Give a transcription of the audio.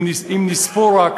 אם נספור רק